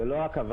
זאת לא הכוונה.